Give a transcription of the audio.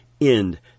end